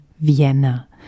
Vienna